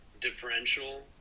differential